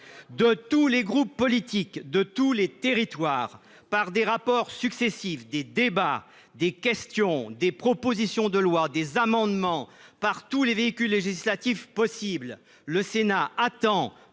De tous les groupes politiques, de tous les territoires, émanent des rapports successifs, des débats, des questions, des propositions de loi, des amendements sur ce sujet. Par tous les véhicules législatifs possibles, le Sénat attend,